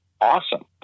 Awesome